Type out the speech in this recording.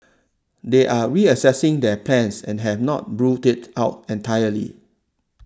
they are reassessing their plans and have not ruled it out entirely